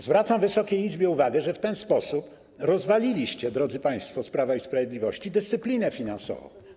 Zwracam Wysokiej Izbie uwagę, że w ten sposób rozwaliliście, drodzy państwo z Prawa i Sprawiedliwości, dyscyplinę finansową.